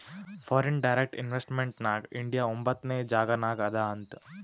foreign direct investment ನಾಗ್ India ಒಂಬತ್ನೆ ಜಾಗನಾಗ್ ಅದಾ ಅಂತ್